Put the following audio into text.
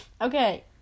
Okay